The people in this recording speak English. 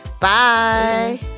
Bye